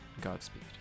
Godspeed